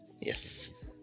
Yes